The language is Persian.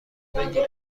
بگیرم